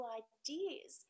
ideas